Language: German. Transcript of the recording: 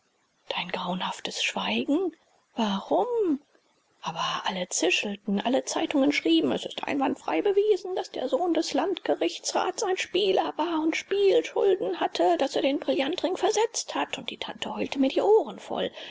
dein grauenhaftes schweigen warum aber alle zischelten alle zeitungen schrieben es ist einwandsfrei bewiesen daß der sohn des landgerichtsrats ein spieler war und spielschulden hatte daß er den brillantring versetzt hat und die tante heulte mir die ohren voll